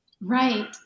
right